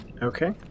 Okay